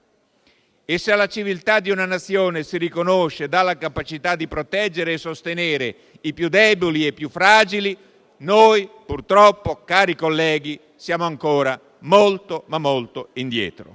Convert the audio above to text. E se la civiltà di una nazione si riconosce dalla capacità di proteggere e sostenere i più deboli e fragili, noi - purtroppo - cari colleghi, siamo ancora veramente molto indietro.